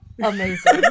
amazing